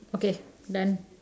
okay done